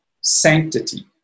sanctity